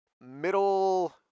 middle